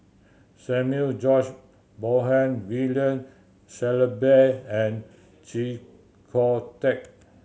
Samuel George Bonham William Shellabear and Chee Kong Tet